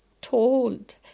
told